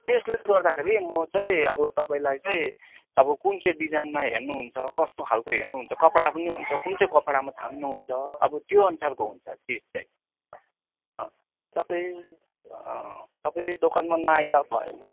त्यसले गर्दाखेरि म चाहिँ अब तपाईँलाई चाहिँ अब कुन चाहिँ डिजाइनमा हेर्नु हुन्छ कस्तो खाले हेर्नु हुन्छ कपडा पनि हुन्छ कुन चाहिँ कपडामा छान्नु हुन्छ अब त्यो अनुसारको हुन्छ चिज चाहिँ तपाईँ तपाईँ दोकानमा न आई त भएन